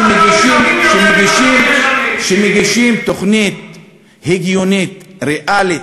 כשמגישים תוכנית הגיונית, ריאלית,